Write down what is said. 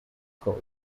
code